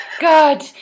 God